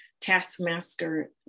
taskmaster